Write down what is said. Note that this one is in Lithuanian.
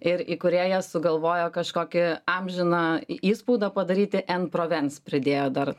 ir įkūrėjas sugalvojo kažkokį amžiną į įspaudą padaryti provens pridėjo dar